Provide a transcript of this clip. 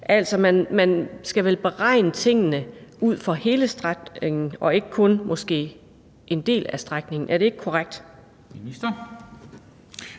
Altså, man skal vel beregne tingene ud fra hele strækningen og ikke kun en del af strækningen. Er det ikke korrekt?